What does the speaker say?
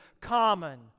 common